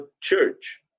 church